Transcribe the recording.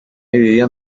dividida